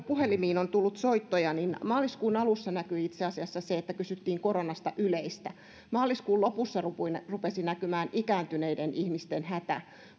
puhelimiin on tullut soittoja niin maaliskuun alussa näkyi itse asiassa se että kysyttiin koronasta yleistä maaliskuun lopussa rupesi näkymään ikääntyneiden ihmisten hätä